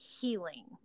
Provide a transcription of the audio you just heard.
healing